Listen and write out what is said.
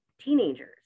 teenagers